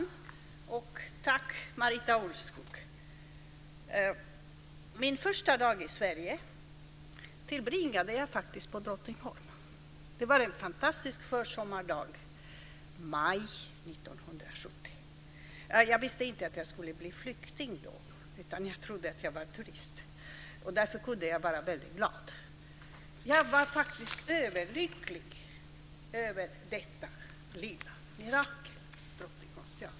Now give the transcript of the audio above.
Fru talman! Tack, Marita Ulvskog! Min första dag i Sverige tillbringade jag faktiskt på Drottningholm. Det var en fantastisk försommardag, i maj 1970. Jag visste då inte att jag skulle bli flykting, utan jag trodde att jag var turist. Därför kunde jag vara väldigt glad. Jag var faktiskt överlycklig över Drottningsholmsteatern, detta lilla mirakel.